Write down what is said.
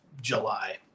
July